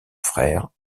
frère